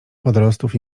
wodorostów